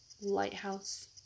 lighthouse